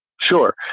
sure